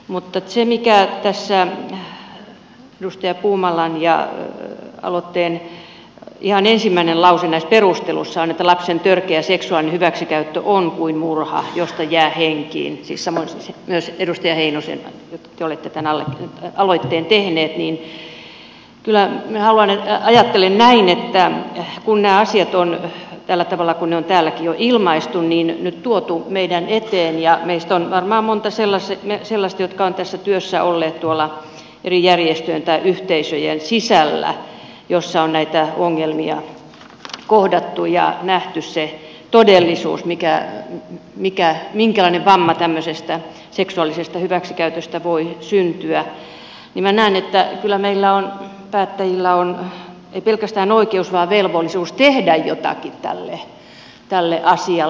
mutta siitä mikä tässä edustaja puumalan aloitteen ihan ensimmäinen lause näissä perusteluissa on että lapsen törkeä seksuaalinen hyväksikäyttö on kuin murha josta jää henkiin siis samoin myös edustaja heinoselle te olette tämän aloitteen tehneet minä kyllä ajattelen näin että kun nämä asiat tällä tavalla kuin ne täälläkin on jo ilmaistu on nyt tuotu meidän eteemme ja kun meissä on varmaan monta sellaista jotka ovat tässä työssä olleet tuolla eri järjestöjen tai yhteisöjen sisällä joissa on näitä ongelmia kohdattu ja nähty se todellisuus minkälainen vamma tämmöisestä seksuaalisesta hyväksikäytöstä voi syntyä niin minä näen että kyllä meillä päättäjillä on ei pelkästään oikeus vaan velvollisuus tehdä jotakin tälle asialle